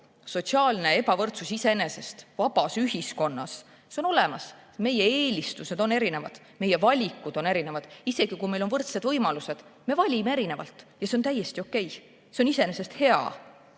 Sotsiaalne ebavõrdsus iseenesest vabas ühiskonnas on olemas. Meie eelistused on erinevad, meie valikud on erinevad. Isegi kui meil on võrdsed võimalused, me valime erinevalt ja see on täiesti okei. See on iseenesest hea.